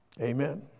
amen